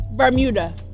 bermuda